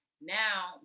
Now